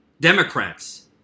Democrats